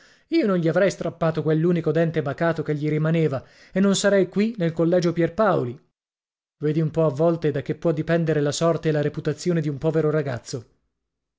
io non gli avrei strappato quell'unico dente bacato che gli rimaneva e non sarei qui nel collegio pierpaoli vedi un po a volte da che può dipendere la sorte e la reputazione di un povero ragazzo